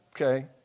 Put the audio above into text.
okay